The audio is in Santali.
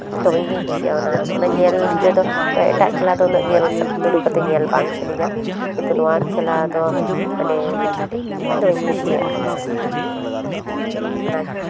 ᱫᱚᱢᱮᱜᱤᱧ ᱠᱩᱥᱤᱭᱟᱜᱼᱟ ᱚᱱᱟ ᱫᱚ ᱮᱴᱟᱜ ᱠᱷᱮᱞᱟ ᱫᱚ ᱩᱱᱟᱹᱜ ᱧᱮᱞ ᱫᱩᱲᱩᱵ ᱠᱟᱛᱮᱜ ᱧᱮᱞ ᱵᱟᱝ ᱥᱟᱱᱟᱧᱟ ᱠᱤᱱᱛᱩ ᱱᱚᱣᱟ ᱠᱷᱮᱞᱟ ᱫᱚ ᱢᱟᱱᱮ ᱫᱚᱢᱮᱧ ᱠᱩᱥᱤᱭᱟᱜᱼᱟ ᱦᱮᱸ ᱚᱱᱟᱜᱮ